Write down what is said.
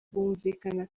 bumvikana